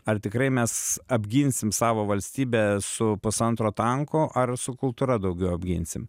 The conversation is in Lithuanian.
ar tikrai mes apginsim savo valstybę su pusantro tanko ar su kultūra daugiau apginsim